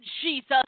Jesus